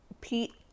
Pete